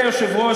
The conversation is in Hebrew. אדוני היושב-ראש,